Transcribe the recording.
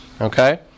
Okay